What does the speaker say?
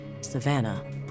Savannah